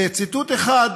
ציטוט אחד,